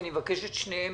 אני אבקש לשמוע את שניהם